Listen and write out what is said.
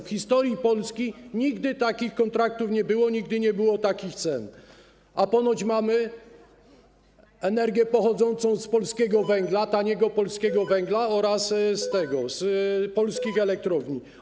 W historii Polski nigdy takich kontraktów nie było, nigdy nie było takich cen, a ponoć mamy energię pochodzącą z polskiego węgla, taniego polskiego węgla oraz z polskich elektrowni.